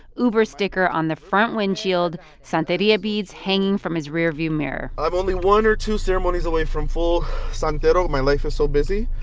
uber sticker on the front windshield, santeria beads hanging from his rearview mirror i'm only one or two ceremonies away from full santero. my life is so busy,